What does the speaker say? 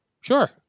Sure